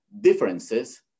differences